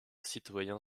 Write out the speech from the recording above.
citoyen